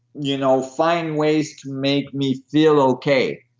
you know find ways to make me feel okay,